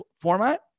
format